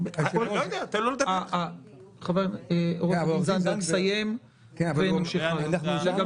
עו"ד זנדברג, סיים ונמשיך הלאה.